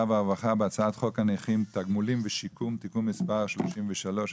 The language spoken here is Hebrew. והרווחה בהצעת חוק הנכים (תגמולים ושיקום) (תיקון מס' 33),